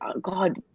God